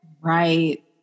right